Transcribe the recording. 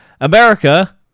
America